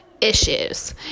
issues